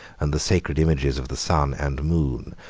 and the sacred images of the sun and moon,